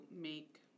make